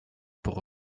pour